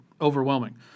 overwhelming